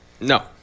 No